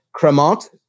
Cremant